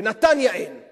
בנתניה, אין.